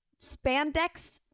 spandex